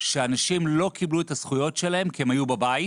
שאנשים לא קיבלו את הזכויות שלהם כי הם היו בבית